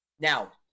Now